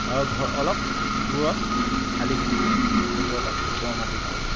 আৰু ঘৰত অলপ দূৰত শালি খেতি কৰোঁ সেইটো অলপ দ মাটিত কৰোঁ